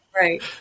Right